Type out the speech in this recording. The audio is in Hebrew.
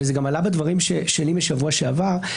וזה גם עלה בדברים שלי מהשבוע שעבר,